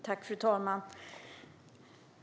Fru talman!